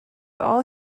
all